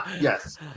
Yes